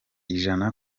ijana